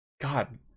God